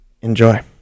Enjoy